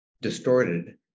distorted